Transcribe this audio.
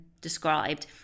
described